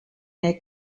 their